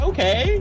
Okay